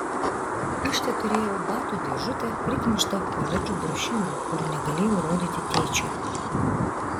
aš teturėjau batų dėžutę prikimštą koledžų brošiūrų kurių negalėjau rodyti tėčiui